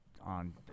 On